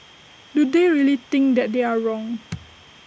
do they really think that they are wrong